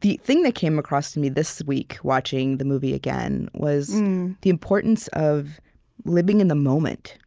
the thing that came across to me this week, watching the movie again, was the importance of living in the moment,